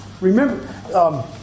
Remember